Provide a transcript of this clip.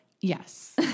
Yes